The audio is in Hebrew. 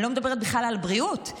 אני לא מדברת בכלל על בריאות.